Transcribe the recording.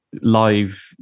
live